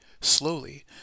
slowly